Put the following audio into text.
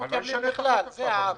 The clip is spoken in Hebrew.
אני לא משנה את התוכנית עכשיו.